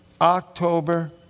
October